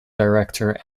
director